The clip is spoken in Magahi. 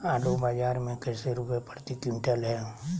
आलू बाजार मे कैसे रुपए प्रति क्विंटल है?